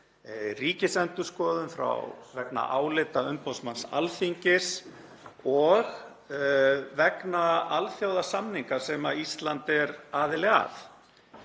Ríkisendurskoðun, vegna álita umboðsmanns Alþingis og vegna alþjóðasamninga sem Ísland er aðili að.